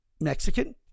Mexican